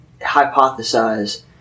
hypothesize